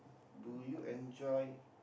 do you enjoy